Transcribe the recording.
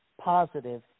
positive